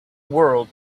world